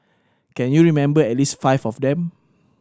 can you remember at least five of them